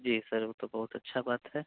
जी sir वो तो बहुत अच्छा बात है